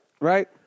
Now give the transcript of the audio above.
Right